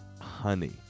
honey